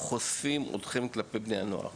חושפים את בני הנוער אליכם?